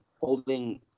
holding